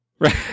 Right